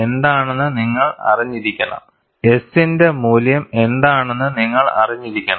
S ന്റെ മൂല്യം എന്താണെന്ന് നിങ്ങൾ അറിഞ്ഞിരിക്കണം